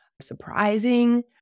surprising